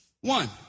One